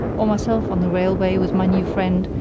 or myself on the railway with my new friend,